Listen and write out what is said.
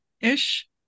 ish